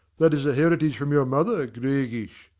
that is a heritage from your mother, gregers,